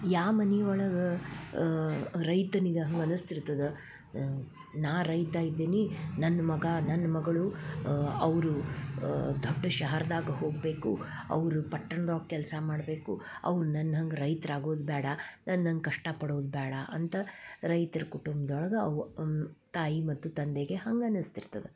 ಯಾವ ಮನೆ ಒಳಗೆ ರೈತನಿಗ ಮನಸ್ಸು ಇರ್ತದೆ ನಾ ರೈತ ಇದ್ದೀನಿ ನನ್ನ ಮಗ ನನ್ನ ಮಗಳು ಅವರು ದೊಡ್ಡ ಶಹರ್ದಾಗ ಹೋಗಬೇಕು ಅವರು ಪಟ್ಟಣ್ದವ ಕೆಲಸ ಮಾಡಬೇಕು ಅವ್ರು ನನ್ನ ಹಂಗೆ ರೈತ್ರಾಗೋದು ಬ್ಯಾಡ ನನ್ನ ಹಂಗೆ ಕಷ್ಟ ಪಡೋದು ಬ್ಯಾಡ ಅಂತ ರೈತ್ರ ಕುಟುಂಬ್ದೊಳಗ ಅವು ತಾಯಿ ಮತ್ತು ತಂದೆಗೆ ಹಂಗನಿಸ್ತಿರ್ತದೆ